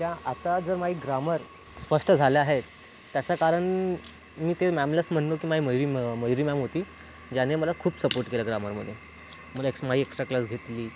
त्या आता जर माझी ग्रामर स्पष्ट झाले आहे त्याचं कारण मी ते मॅमलाच म्हणलो की माझी मयूरी मग मयूरी मॅम होती ज्याने मला खूप सपोर्ट केला ग्रामरमध्ये मला एक्स माझी एक्स्ट्रा क्लास घेतली